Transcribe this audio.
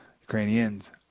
Ukrainians